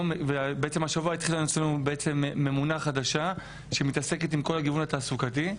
השבוע התחילה אצלנו ממונה חדשה שמתעסקת עם כל הגיוון התעסוקתי.